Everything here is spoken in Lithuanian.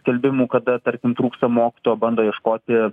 skelbimų kada tarkim trūksta mokytojų o bando ieškoti